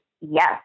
yes